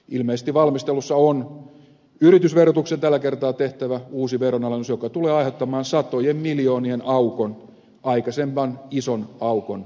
ilmeisesti valmistelussa on yritysverotukseen tällä kertaa tehtävä uusi veronalennus joka tulee aiheuttamaan satojen miljoonien aukon aikaisemman ison aukon levityksenä